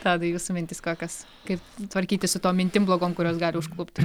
tadai jūsų mintys kokios kaip tvarkytis su tom mintim blogom kurios gali užklupt